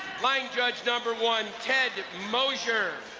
line judge number one, ted mosier.